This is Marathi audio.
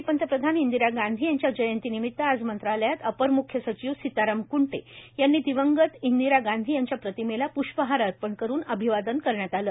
माजी प्रधानमंत्री इंदिरा गांधी यांच्या जयंती निमित आज मंत्रालयात अपर मुख्य सचिव सीताराम कूंटे यांनी दिवंगत इंदिरा गांधी यांच्या प्रतिमेस प्ष्पहार अर्पण करून अभिवादन करण्यात आले